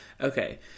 Okay